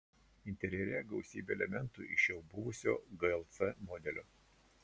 interjere gausybė elementų iš jau buvusio glc modelio